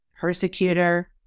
Persecutor